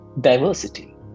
diversity